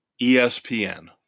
ESPN